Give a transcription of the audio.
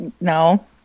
No